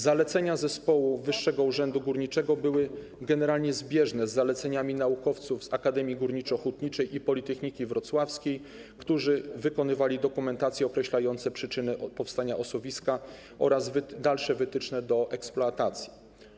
Zalecenia zespołu Wyższego Urzędu Górniczego były generalnie zbieżne z zaleceniami naukowców z Akademii Górniczo-Hutniczej i Politechniki Wrocławskiej, którzy wykonywali dokumentację określającą przyczyny powstania osuwiska oraz dalsze wytyczne do eksploatacji.